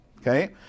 okay